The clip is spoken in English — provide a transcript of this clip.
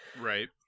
Right